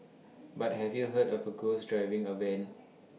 but have you heard of A ghost driving A van